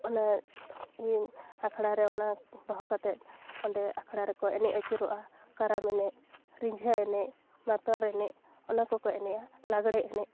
ᱚᱱᱟ ᱠᱤᱱ ᱟᱠᱷᱲᱟ ᱨᱮ ᱚᱱᱟ ᱫᱚᱦᱚ ᱠᱟᱛᱮ ᱚᱸᱰᱮ ᱟᱠᱷᱲᱟᱨᱮᱠᱚ ᱮᱱᱮᱡ ᱟᱹᱪᱩᱨᱚᱜᱼᱟ ᱠᱟᱨᱟᱢ ᱮᱱᱮᱡ ᱨᱤᱸᱡᱷᱟᱹ ᱮᱱᱮᱡ ᱢᱟᱛᱚᱨ ᱮᱱᱮᱡ ᱚᱱᱟᱠᱚ ᱠᱚ ᱮᱱᱮᱡᱼᱟ ᱞᱟᱜᱽᱲᱮ ᱮᱱᱮᱡ